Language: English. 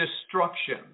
destruction